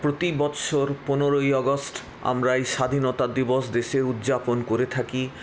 প্রতি বৎসর পনেরোই আগস্ট আমরা এই স্বাধীনতা দিবস দেশে উদযাপন করে থাকি